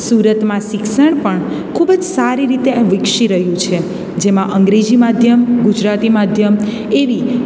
સુરતમાં શિક્ષણ પણ ખૂબ જ સારી રીતે વિકસી રહ્યું છે જેમાં અંગ્રેજી માધ્યમ ગુજરાતી માધ્યમ એવી